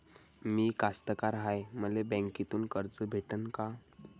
मी कास्तकार हाय, मले बँकेतून कर्ज भेटन का?